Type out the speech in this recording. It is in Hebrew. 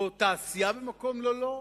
או תעשייה במקום לא לה?